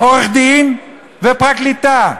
עורך-דין ופרקליטה,